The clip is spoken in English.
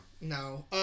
No